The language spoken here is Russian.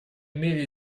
мере